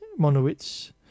Monowitz